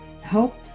help